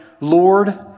Lord